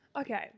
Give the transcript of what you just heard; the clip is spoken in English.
Okay